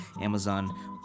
Amazon